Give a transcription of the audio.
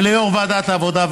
וליו"ר ועדת העבודה,